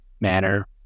manner